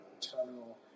tunnel